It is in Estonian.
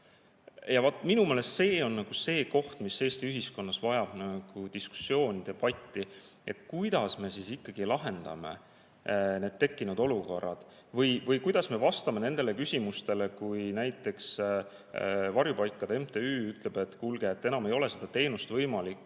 on minu meelest see koht, mis Eesti ühiskonnas vajab diskussiooni ja debatti. Kuidas me ikkagi lahendame need tekkinud olukorrad? Või kuidas me vastame küsimustele? Näiteks, Varjupaikade MTÜ ütleb, et kuulge, enam ei ole seda teenust võimalik